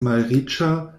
malriĉa